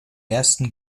ersten